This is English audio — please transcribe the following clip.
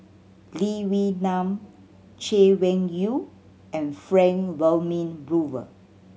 Lee Wee Nam Chay Weng Yew and Frank Wilmin Brewer